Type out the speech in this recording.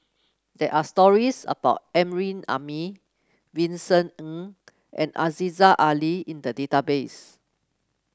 there are stories about Amrin Amin Vincent Ng and Aziza Ali in the database